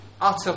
utter